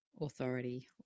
authority